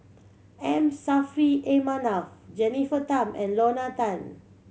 M Saffri A Manaf Jennifer Tham and Lorna Tan